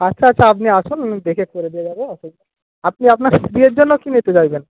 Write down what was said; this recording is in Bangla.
আচ্ছা আচ্ছা আপনি আসুন দেখে করে দেওয়া যাবে অসুবিধা আপনি আপনার স্ত্রীয়ের জন্য কী নিতে চাইছেন